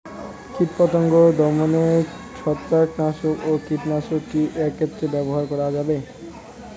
কীটপতঙ্গ দমনে ছত্রাকনাশক ও কীটনাশক কী একত্রে ব্যবহার করা যাবে?